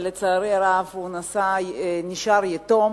אבל לצערי הרב הוא נשאר יתום,